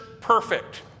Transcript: perfect